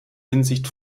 hinsicht